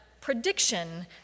prediction